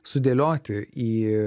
sudėlioti į